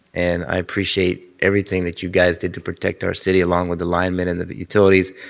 and i appreciate everything that you guys did to protect our city, along with the linemen and the but utilities,